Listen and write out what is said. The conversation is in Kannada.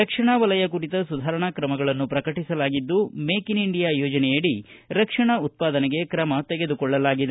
ರಕ್ಷಣಾ ವಲಯ ಕುರಿತ ಸುಧಾರಣಾ ಕ್ರಮಗಳನ್ನು ಪ್ರಕಟಿಸಲಾಗಿದ್ದು ಮೇಕ್ ಇನ್ ಇಂಡಿಯಾ ಯೋಜನೆಯಡಿ ರಕ್ಷಣಾ ಉತ್ಪಾದನೆಗೆ ಕ್ರಮ ತೆಗೆದುಕೊಳ್ಳಲಾಗಿದೆ